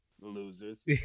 Losers